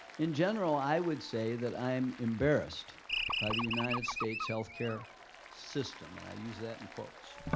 in general, i would say that i am embarrassed by the united states healthcare system. and i use that in quotes.